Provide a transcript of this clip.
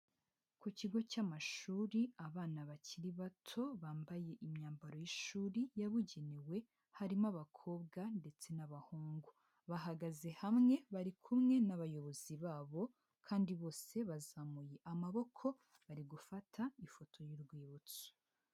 Ku kigo cy'amashuri, abana bakiri bato bambaye imyambaro y'ishuri yabugenewe, harimo abakobwa ndetse n'abahungu, bahagaze hamwe bari kumwe n'abayobozi babo kandi bose bazamuye amaboko bari gufata ifoto y'urwibutso.